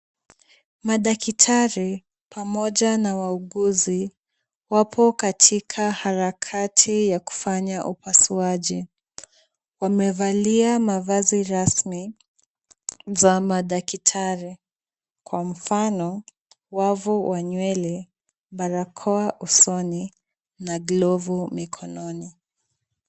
Madaktari pamoja na wauguzi wapo katika harakati ya kufanya upasuaji. Wamevalia mavazi rasmi za madaktari kwa mfano wavu wa nywele, barakoa usoni na glovu mikononi.